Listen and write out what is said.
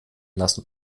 lassen